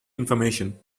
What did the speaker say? information